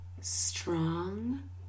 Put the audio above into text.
strong